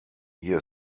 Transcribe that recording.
hier